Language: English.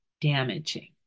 damaging